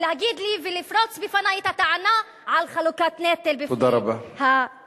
ולהגיד לי ולפרוס בפני את הטענה על חלוקת נטל בקרב האזרחים.